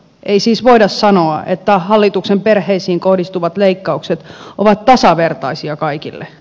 ei siis voida sanoa että hallituksen perheisiin kohdistuvat leikkaukset ovat tasavertaisia kaikille